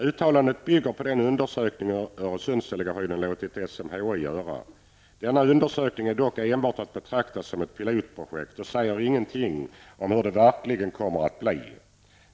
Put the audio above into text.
Uttalandet bygger på den undersökning Öresundsdelegationen låtit SMHI göra. Denna undersökning är dock enbart att betrakta som ett pilotprojekt och säger ingenting om hur det verkligen kommer att bli.